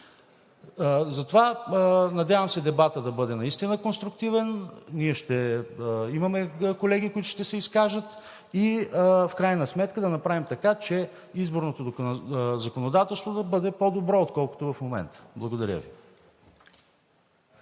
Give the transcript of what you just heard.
Затова, надявам се, дебатът да бъде наистина конструктивен. Ние ще имаме колеги, които ще се изкажат, и в крайна сметка да направим така, че изборното законодателство да бъде по-добро, отколкото в момента. Благодаря Ви.